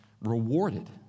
rewarded